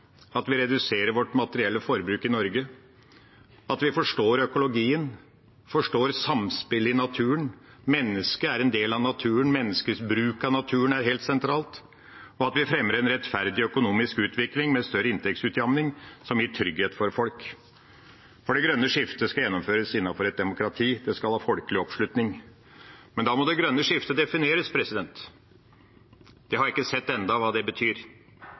at vi reduserer vårt materielle forbruk i Norge, at vi forstår økologien, at vi forstår samspillet i naturen – mennesket er en del av naturen, menneskets bruk av naturen er helt sentral – og at vi fremmer en rettferdig økonomisk utvikling med større inntektsutjevning, som gir trygghet for folk. Det grønne skiftet skal gjennomføres innenfor et demokrati. Det skal ha folkelig oppslutning. Men da må det grønne skiftet defineres. Det har jeg ennå ikke sett hva betyr. For meg betyr